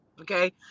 okay